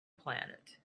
planet